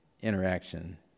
interaction